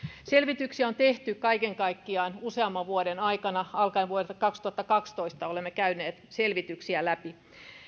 selvityksiä on tehty kaiken kaikkiaan useamman vuoden aikana alkaen vuodesta kaksituhattakaksitoista olemme käyneet selvityksiä läpi